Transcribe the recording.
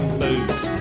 boots